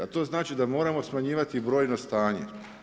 To znači da moramo smanjivati brojno stanje.